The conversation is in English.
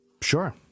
Sure